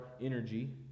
energy